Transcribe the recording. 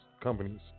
companies